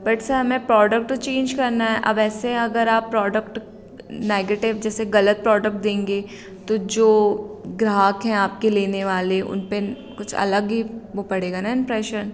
but sir हमें product तो change करना है अब ऐसे अगर आप प्रॉडक्ट नैगेटिव जैसे ग़लत प्रॉडक्ट देंगे तो जो ग्राहक हैं आपके लेने वाले उन पर कुछ अलग ही वह पड़ेगा ना इन्प्रेशन